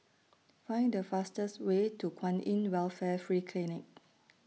Find The fastest Way to Kwan in Welfare Free Clinic